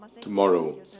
tomorrow